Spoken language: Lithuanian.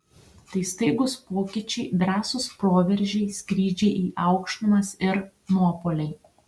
tai staigūs pokyčiai drąsūs proveržiai skrydžiai į aukštumas ir nuopuoliai